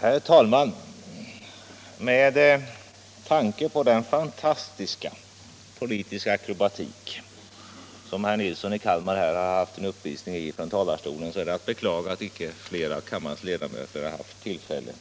Herr talman! Med tanke på den fantastiska politiska akrobatik som herr Nilsson i Kalmar har haft en uppvisning i här från talarstolen är det att beklaga att icke fler av kammarens ledamöter haft tillfälle